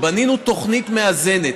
בנינו תוכנית מאזנת,